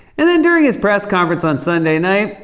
and then during his press conference on sunday night,